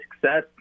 success